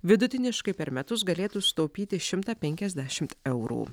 vidutiniškai per metus galėtų sutaupyti šimtą penkiasdešimt eurų